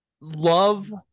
love